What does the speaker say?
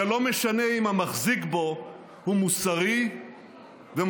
זה לא משנה אם המחזיק בו הוא מוסרי ומוצא